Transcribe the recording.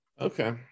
okay